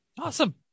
Awesome